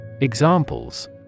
Examples